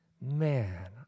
Man